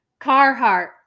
Carhartt